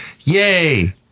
Yay